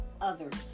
others